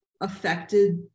affected